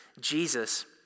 Jesus